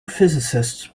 physicists